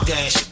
Dash